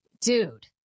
dude